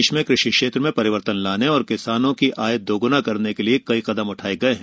देश में कृषि क्षेत्र में परिवर्तन लाने और किसानों की आय दोगुना करने के लिए कई कदम उठाए हैं